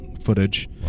footage